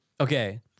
Okay